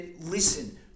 listen